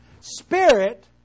Spirit